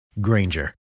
Granger